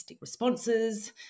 responses